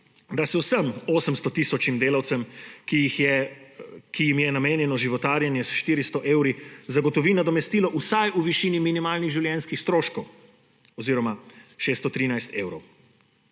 da se vsem 800 tisoč delavcem, ki jim je namenjeno životarjenje s 400 evri, zagotovi nadomestilo vsaj v višini minimalnih življenjskih stroškov oziroma 613 evrov.